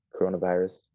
coronavirus